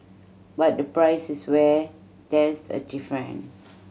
but the price is where there's a different